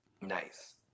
Nice